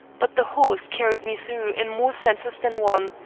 but the horse carried me through in more senses than one,